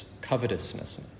covetousness